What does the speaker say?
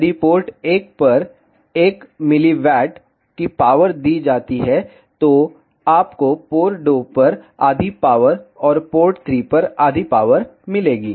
यदि पोर्ट 1 पर 1mW की पावर दी जाती है तो आपको पोर्ट 2 पर आधी पावर और पोर्ट 3 पर आधी पावर मिलेगी